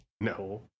No